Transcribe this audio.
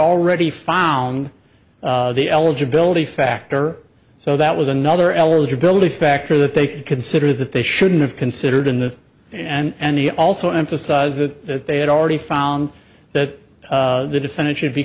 already found the eligibility factor so that was another eligibility factor that they could consider that they shouldn't have considered in the and the also emphasize that they had already found that the defendant should be